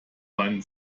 meinen